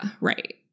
right